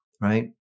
right